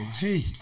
hey